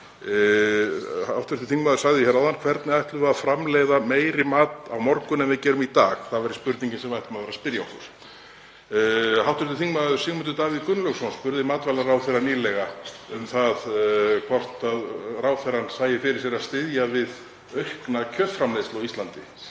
Hv. þingmaður sagði hérna áðan: Hvernig ætlum við að framleiða meiri mat á morgun en við gerum í dag? Það væri spurningin sem við ættum að spyrja okkur. Hv. þm. Sigmundur Davíð Gunnlaugsson spurði matvælaráðherra nýlega um það hvort ráðherrann sæi fyrir sér að styðja við aukna kjötframleiðslu á Íslandi